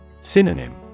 Synonym